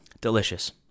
Delicious